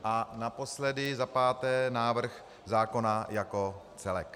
A naposledy, za páté, návrh zákona jako celek.